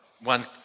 One